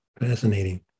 Fascinating